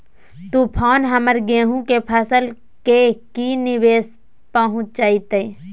तूफान हमर गेंहू के फसल के की निवेस पहुचैताय?